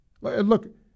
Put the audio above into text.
Look